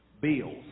bills